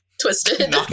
twisted